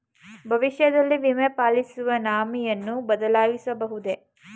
ಭವಿಷ್ಯದಲ್ಲಿ ವಿಮೆ ಪಾಲಿಸಿಯ ನಾಮಿನಿಯನ್ನು ಬದಲಾಯಿಸಬಹುದೇ?